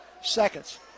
seconds